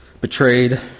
betrayed